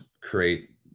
create